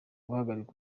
guhagararira